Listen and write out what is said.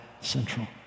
Central